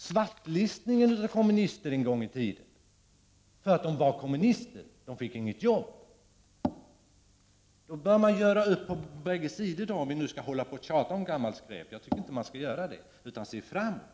Svartlistningen av kommunister en gång i tiden innebar att de inte fick något jobb. Man bör göra upp på bägge sidor om man skall tjata om gammalt skräp. Jag tycker inte att man skall göra det, utan man skall se framåt.